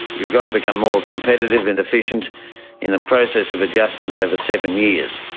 you've got to become more competitive and efficient in the process of adjustment over seven years.